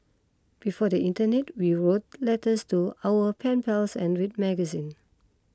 before the internet we wrote letters to our pen pals and read magazine